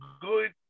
good